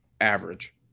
average